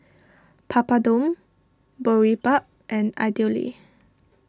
Papadum Boribap and Idili